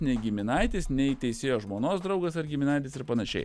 nei giminaitis nei teisėjo žmonos draugas ar giminaitis ir panašiai